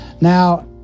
Now